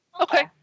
Okay